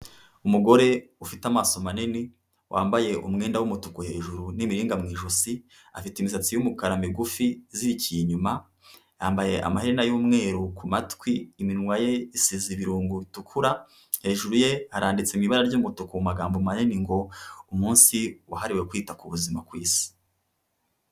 Umugore ufite amaso manini wambaye umwenda w'umutuku hejuru n'imiringa mu ijosi, afite imisatsi y'umukara migufi izirikiye inyuma, yambaye amaherena y'umweru ku matwi, iminwa ye isize ibirungo bitukura, hejuru ye haranditse mu ibara ry'umutuku amagambo manini ngo umunsi wahariwe kwita ku buzima ku isi.